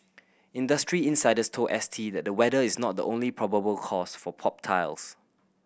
industry insiders told S T that the weather is not the only probable cause for popped tiles